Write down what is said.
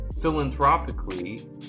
philanthropically